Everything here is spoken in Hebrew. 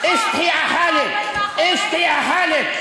תתביישי לך.)